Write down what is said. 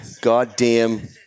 goddamn